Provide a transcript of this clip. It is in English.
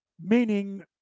Meaning